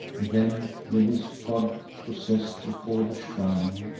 then, with his god possess'd, before the shrine,